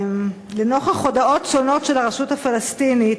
לנוכח הודעות שונות של הרשות הפלסטינית,